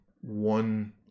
one